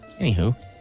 Anywho